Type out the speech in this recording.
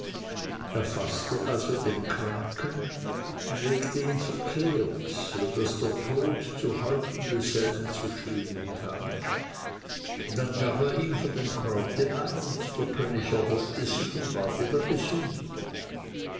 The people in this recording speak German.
faßte also den kranken und legte ihn verkehrt so daß der tod zu häupten desselben zu stehen kam dann gab er ihm von dem kraute ein und der könig erholte sich und ward wieder gesund